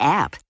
app